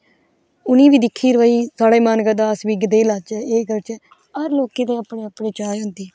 उन्हें गी दिक्खियै भाई साढ़ा बी मन करदा अस बी इयै जेह् लाचै एह् करचै हर लोकें दा अपने अपने चाह् होंदी